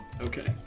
Okay